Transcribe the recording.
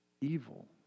Evil